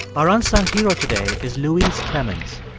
our unsung hero today is luis clemens.